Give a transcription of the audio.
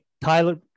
Tyler